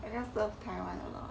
I just love taiwan a lot